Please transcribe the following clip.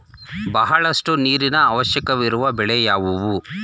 ಬಹಳಷ್ಟು ನೀರಿನ ಅವಶ್ಯಕವಿರುವ ಬೆಳೆ ಯಾವುವು?